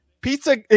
pizza